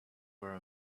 were